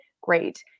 great